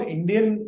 Indian